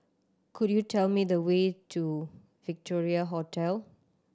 could you tell me the way to Victoria Hotel